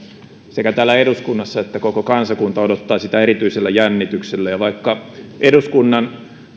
täällä eduskunnassa ja koko kansakunta odottaa erityisellä jännityksellä vaikka eduskunnan